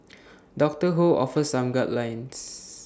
doctor ho offers some guidelines